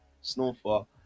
Snowfall